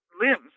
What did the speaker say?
limbs